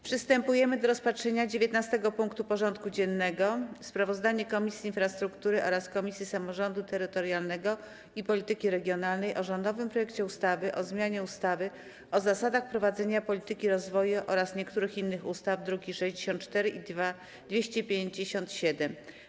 Przystępujemy do rozpatrzenia punktu 19. porządku dziennego: Sprawozdanie Komisji Infrastruktury oraz Komisji Samorządu Terytorialnego i Polityki Regionalnej o rządowym projekcie ustawy o zmianie ustawy o zasadach prowadzenia polityki rozwoju oraz niektórych innych ustaw (druki nr 64 i 257)